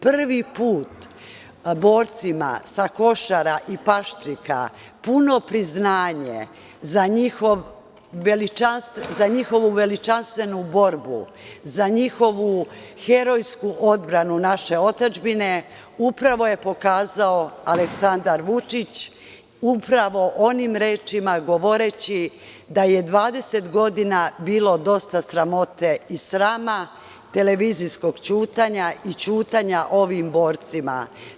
Prvi put borcima sa Košara i Paštrika puno priznanje za njihovu veličanstvenu borbu, za njihovu herojsku odbranu naše otadžbine upravo je pokazao Aleksandar Vučić, upravo onim rečima govoreći da je 20 godina bilo dosta sramote i srama, televizijskog ćutanja i ćutanja ovim borcima.